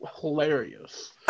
hilarious